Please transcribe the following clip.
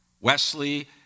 Wesley